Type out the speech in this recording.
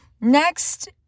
next